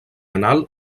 anal